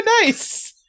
nice